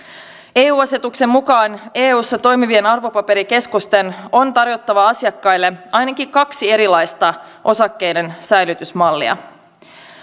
eu asetuksen mukaan eussa toimivien arvopaperikeskusten on tarjottava asiakkaille ainakin kaksi erilaista osakkeiden säilytysmallia